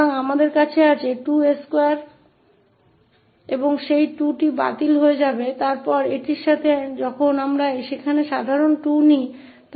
तो हमारे पास 2s2 है और वह 2 रद्द हो जाएगा इसके साथ ही जब हम यहां सामान्य 2 लेते हैं